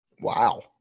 Wow